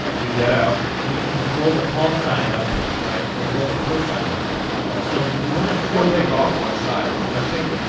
yeah get out we can roll the call side up right or rolled the put side up. right so we want to show take off one side i think.